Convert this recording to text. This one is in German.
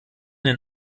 den